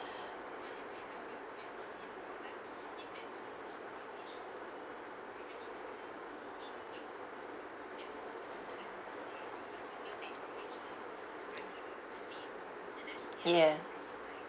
ya